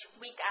week